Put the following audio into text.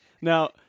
Now